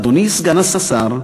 אדוני סגן השר,